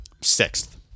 sixth